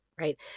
Right